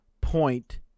point